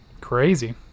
Crazy